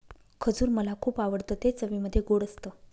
खजूर मला खुप आवडतं ते चवीमध्ये गोड असत